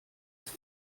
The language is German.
ist